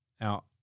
Now